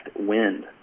wind